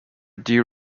deer